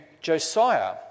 Josiah